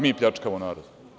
Mi pljačkamo narod?